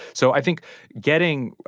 so i think getting,